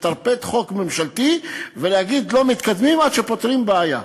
לטרפד חוק ממשלתי ולהגיד: לא מתקדמים עד שפותרים בעיה.